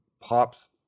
pops